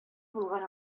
булган